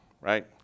right